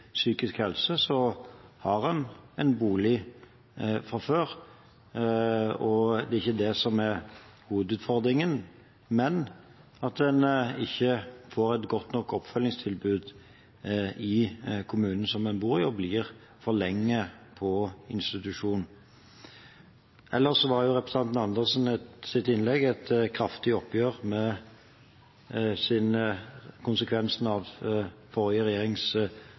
psykisk helse, har en bolig fra før, og det er ikke det som er hovedutfordringen, men at en ikke får et godt nok oppfølgingstilbud i kommunen som en bor i, og blir for lenge på institusjon. Ellers var representanten Karin Andersens innlegg et kraftig oppgjør med konsekvensene av forrige